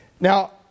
Now